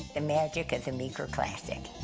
and magic of the meeker classic.